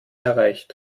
erreicht